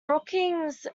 brookings